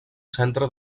centre